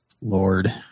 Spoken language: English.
Lord